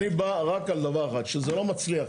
אני בא רק על דבר אחד - שזה לא מצליח.